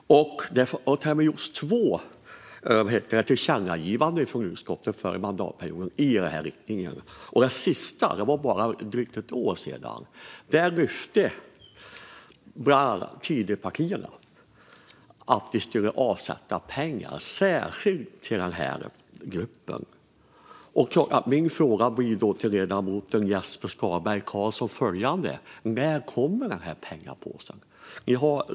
Det lämnades också på förslag av utskottet två tillkännagivanden till regeringen förra mandatperioden i den riktningen, det sista för bara drygt ett år sedan. Där lyfte bland annat de nuvarande Tidöpartierna att vi skulle avsätta pengar särskilt till den gruppen. Min fråga till ledamoten Jesper Skalberg Karlsson blir då följande: När kommer den här pengapåsen?